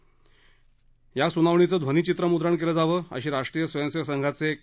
या प्रकरणावरच्या सुनावणीचं ध्वनीचित्रमुद्रण केलं जावं अशी राष्ट्रीय स्वयंसेवक संघाचे के